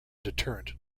deterrent